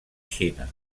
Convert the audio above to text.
xina